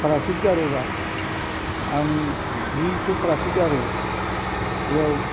फ्रायसित गारोबा आं जिहेथु फारासि गारो बेयाव